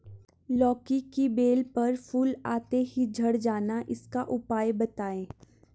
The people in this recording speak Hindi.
लौकी की बेल पर फूल आते ही झड़ जाना इसका उपाय बताएं?